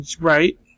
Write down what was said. right